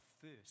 first